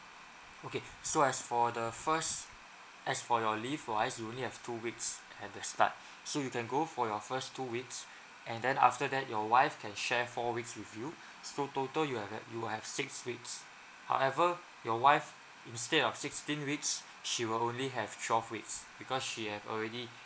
okay so as for the first as for your leave wise you only have two weeks at the start so you can go for your first two weeks and then after that your wife can share four weeks with you so total you have you have six weeks however your wife instead of sixteen weeks she will only have twelve weeks because she have already